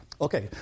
Okay